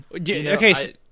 Okay